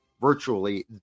virtually